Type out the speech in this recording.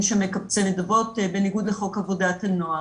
שמקבצים נדבות בניגוד לחוק עבודת הנוער.